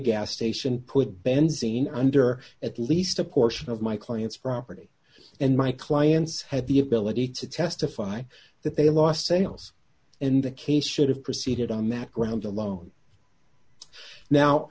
gas station put benzene under at least a portion of my client's property and my clients have the ability to testify that they lost sales in the case should have proceeded on that ground alone now